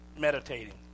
meditating